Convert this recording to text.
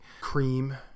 cream